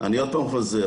אני עוד פעם חוזר.